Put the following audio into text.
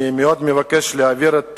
אני מאוד מבקש להעביר את